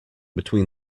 between